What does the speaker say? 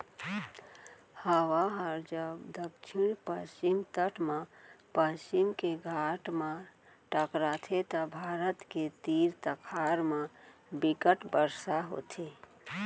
हवा ह जब दक्छिन पस्चिम तट म पस्चिम के घाट म टकराथे त भारत के तीर तखार म बिक्कट बरसा होथे